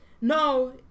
No